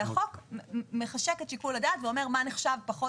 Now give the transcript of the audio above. החוק מחשק את שיקול הדעת ואומר מה נחשב פחות